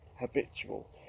habitual